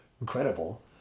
incredible